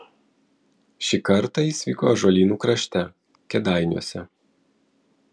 šį kartą jis vyko ąžuolynų krašte kėdainiuose